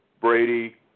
Brady